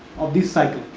of this cycle,